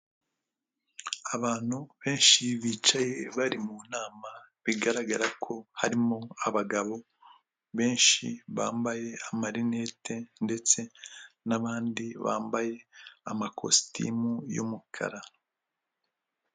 Abantu benshi bicaye bari mu nama bigaragara ko harimo abagabo benshi bambaye amarinete ndetse n'abandi bambaye amakositimu y'umukara.